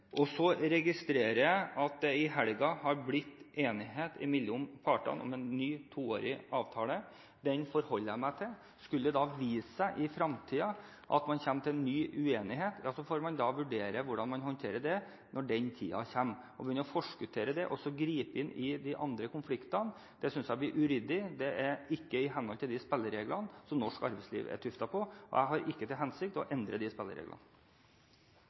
Så registrerer jeg at det i helgen har blitt enighet mellom partene om en ny toårig avtale. Den forholder jeg meg til. Skulle det vise seg i fremtiden at man kommer til en ny uenighet, får man vurdere hvordan man håndterer det når den tiden kommer. Å begynne å forskuttere det og gripe inn i de andre konfliktene synes jeg blir uryddig. Det er ikke i henhold til de spillereglene som norsk arbeidsliv er tuftet på, og jeg har ikke til hensikt å endre de spillereglene.